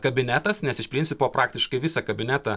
kabinetas nes iš principo praktiškai visą kabinetą